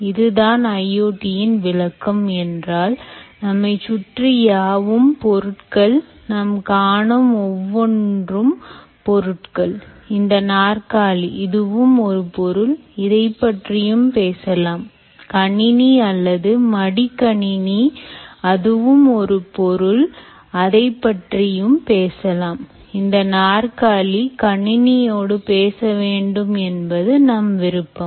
இதுதான் IoT இன் விளக்கம் என்றால் நம்மை சுற்றி யாவும் பொருட்கள் நாம் காணும் ஒவ்வொன்றும் பொருட்கள் இந்த நாற்காலி இதுவும் ஒரு பொருள் இதைப் பற்றியும் பேசலாம் கணினி அல்லது மடிக்கணினி அதுவும் ஒரு பொருள் அதைப் பற்றியும் பேசலாம் இந்த நாற்காலி கணினியோடு பேச வேண்டும் என்பது நம் விருப்பம்